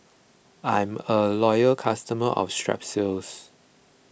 I'm a loyal customer of Strepsils